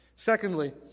Secondly